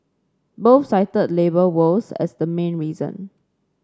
both cited labour woes as the main reason